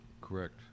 Correct